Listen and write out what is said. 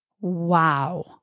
wow